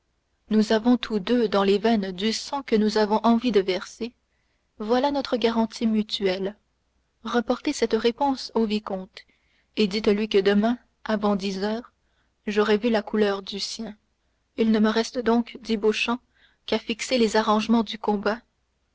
nous avons tous deux dans les veines du sang que nous avons envie de verser voilà notre garantie mutuelle reportez cette réponse au vicomte et dites-lui que demain avant dix heures j'aurai vu la couleur du sien il ne me reste donc dit beauchamp qu'à fixer les arrangements du combat